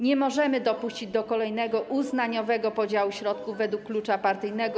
Nie możemy dopuścić do kolejnego uznaniowego podziału środków według klucza partyjnego.